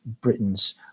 Britain's